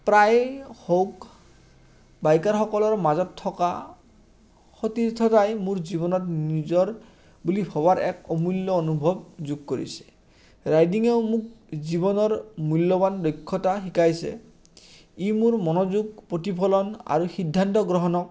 প্ৰায় হওক বাইকাৰসকলৰ মাজত থকা সতীৰ্থতাই মোৰ জীৱনত নিজৰ বুলি ভবাৰ এক অমূল্য অনুভৱ যোগ কৰিছে ৰাইডিঙে মোক জীৱনৰ মূল্যৱান দক্ষতা শিকাইছে ই মোৰ মনোযোগ প্ৰতিফলন আৰু সিদ্ধান্ত গ্ৰহণক